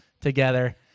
together